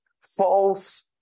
false